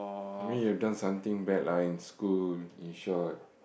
that mean you've done something bad lah in school in short